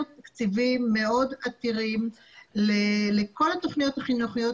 תקציבים מאוד עתירים לכל התוכניות החינוכיות